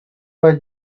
were